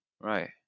right